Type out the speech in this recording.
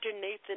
Nathan